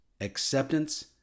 acceptance